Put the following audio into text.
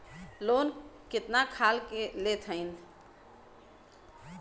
Loan कितना खाल के आप लेत हईन?